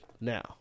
now